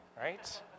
right